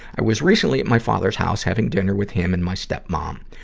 i was recently at my father's house, having dinner with him and my stepmom.